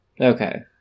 Okay